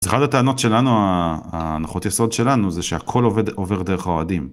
זה אחד הטענות שלנו ההנחות יסוד שלנו זה שהכל עובד עובר דרך האוהדים.